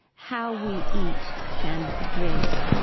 how we eat and drink,